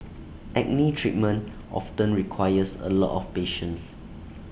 acne treatment often requires A lot of patience